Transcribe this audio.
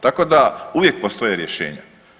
Tako da uvijek postoje rješenja.